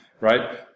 Right